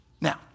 Now